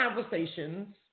conversations